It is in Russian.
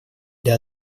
для